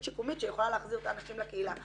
שיקומית שיכולה להחזיר את האנשים לקהילה.